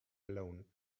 alone